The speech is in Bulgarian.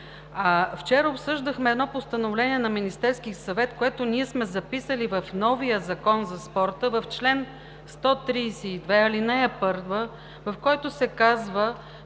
Вчера обсъждахме едно постановление на Министерския съвет, което ние сме записали в новия Закон за спорта, в чл. 132, ал. 1, в което се казва,